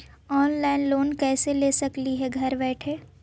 Online loan कैसे ले सकली हे घर बैठे?